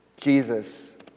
Jesus